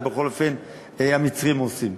את זה בכל אופן המצרים עושים.